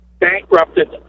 bankrupted